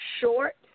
short